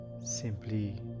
simply